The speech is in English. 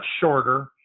shorter